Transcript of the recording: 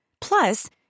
Plus